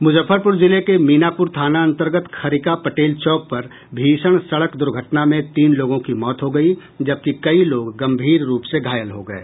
मुजफ्फरपूर जिले के मीनापूर थाना अंतर्गत खरिका पटेल चौक पर भीषण सड़क दुर्घटना में तीन लोगों की मौत हो गयी जबकि कई लोग गंभीर रूप से घायल हो गये